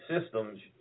systems